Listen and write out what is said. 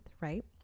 right